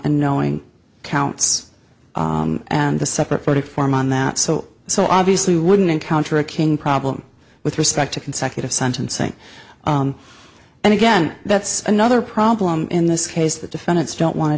and knowing counts and the separate verdict form on that so so obviously wouldn't encounter a king problem with respect to consecutive sentencing and again that's another problem in this case the defendants don't want to